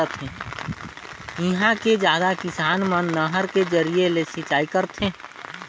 इहां के जादा किसान मन नहर के जरिए ले सिंचई करथे